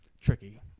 Tricky